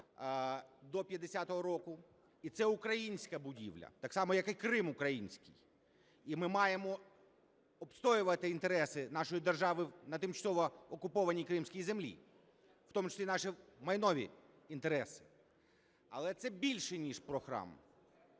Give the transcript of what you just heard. до 50-го року. І це українська будівля так само, як і Крим український, і ми маємо відстоювати інтереси нашої держави на тимчасово окупованій кримській землі, в тому числі наше майнові інтереси. Але це більше ніж про храм,